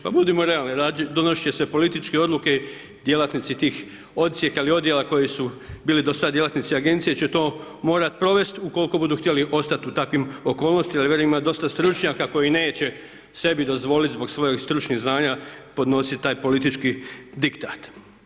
Pa budimo realni, donosit će se političke odluke, djelatnici tih odsjeka ili odjela koji su bili do sad djelatnici Agencije će to morat provest ukoliko budu htjeli ostat u takvim okolnostima jer velim, ima dosta stručnjaka koji neće sebi dozvoliti zbog svojih stručnih znanja, podnosit taj politički diktat.